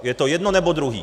Je to jedno, nebo druhý.